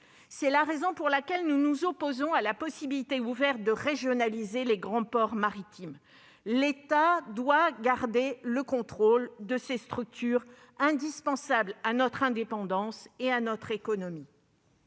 C'est la raison pour laquelle nous nous opposons à la possibilité ouverte de régionaliser les grands ports maritimes. L'État doit garder le contrôle de ces structures indispensables à notre indépendance et à notre économie.